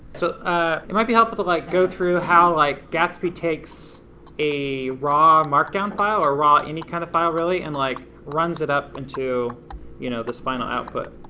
so it might be helpful to like, go through how, like, gatsby takes a raw markdown file or raw any kind of file, really, and like, runs it up into you know, this final output.